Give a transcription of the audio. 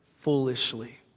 foolishly